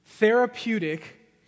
Therapeutic